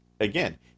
again